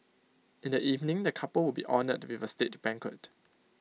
in the evening the couple will be honoured with A state banquet